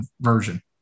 version